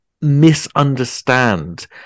misunderstand